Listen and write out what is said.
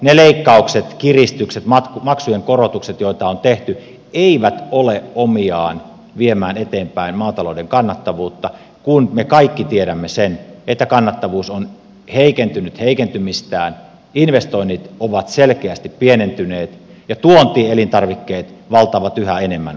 ne leikkaukset kiristykset maksujen korotukset joita on tehty eivät ole omiaan viemään eteenpäin maatalouden kannattavuutta kun me kaikki tiedämme sen että kannattavuus on heikentynyt heikentymistään investoinnit ovat selkeästi pienentyneet ja tuontielintarvikkeet valtaavat yhä enemmän alaa